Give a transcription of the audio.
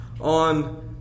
on